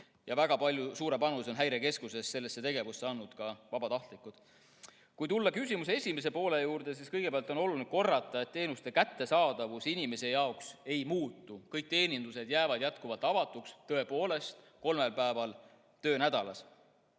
Väga suure panuse on Häirekeskuses sellesse tegevusse andnud ka vabatahtlikud. Kui tulla küsimuse esimese poole juurde, siis kõigepealt on oluline korrata, et teenuste kättesaadavus inimese jaoks ei muutu. Kõik teenindused jäävad jätkuvalt avatuks, tõepoolest, kolmel päeval töönädalas.